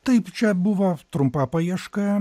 taip čia buvo trumpa paieška